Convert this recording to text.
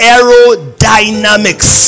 aerodynamics